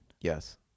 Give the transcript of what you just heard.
Yes